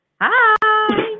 Hi